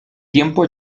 tiempo